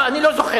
לא, אני לא זוכר.